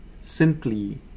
simply